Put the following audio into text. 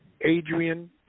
Adrian